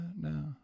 no